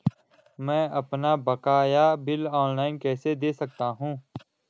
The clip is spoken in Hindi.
मैं अपना बकाया बिल ऑनलाइन कैसे दें सकता हूँ?